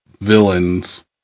villains